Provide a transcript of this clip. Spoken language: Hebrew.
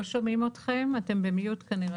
פרי.